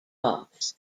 offs